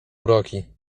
uroki